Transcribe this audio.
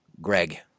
Greg